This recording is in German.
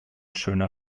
schöner